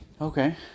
Okay